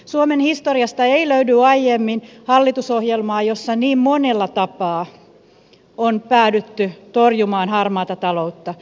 suomen historiasta ei löydy aiemmin hallitusohjelmaa jossa niin monella tapaa on päädytty torjumaan harmaata taloutta